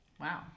Wow